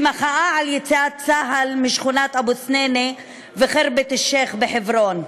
במחאה על יציאת צה"ל מהשכונות אבו-סנינה וח'רבת-א-שיח' בחברון.